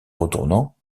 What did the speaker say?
retournant